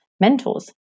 mentors